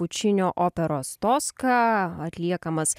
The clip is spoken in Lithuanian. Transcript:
pučinio operos toska atliekamas